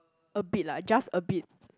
a bit lah just a bit